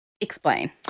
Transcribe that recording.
Explain